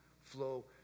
flow